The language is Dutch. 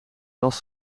last